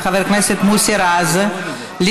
הצעה לסדר-היום, לא.